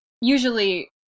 usually